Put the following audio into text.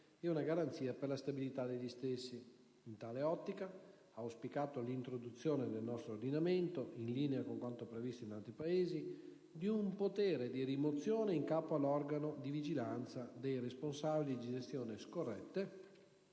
e una garanzia per la stabilità degli stessi; in tale ottica, ha auspicato l'introduzione nel nostro ordinamento, in linea con quanto previsto in altri Paesi, di un potere di rimozione in capo all'organo di vigilanza dei responsabili di gestioni scorrette